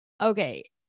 okay